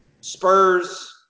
Spurs